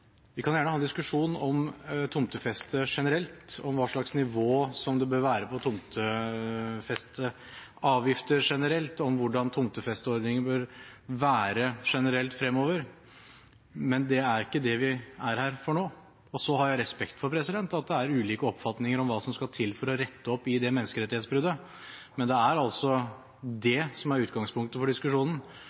Vi kan gjerne ha en diskusjon om tomtefeste generelt og hva slags nivå det bør være på tomtefesteavgifter generelt, og om hvordan tomtefesteordningen bør være generelt fremover. Men det er ikke det vi er her for nå. Jeg har respekt for at det er ulike oppfatninger av hva som skal til for å rette opp i dette menneskerettighetsbruddet, men det er altså det som er utgangspunktet for diskusjonen.